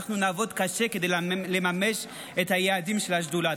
אנחנו נעבוד קשה כדי לממש את היעדים של השדולה.